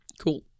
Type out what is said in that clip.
Cool